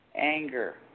anger